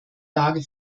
lage